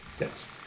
Yes